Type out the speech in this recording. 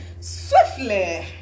swiftly